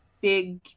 big